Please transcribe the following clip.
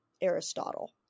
Aristotle